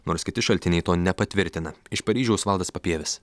nors kiti šaltiniai to nepatvirtina iš paryžiaus valdas papievis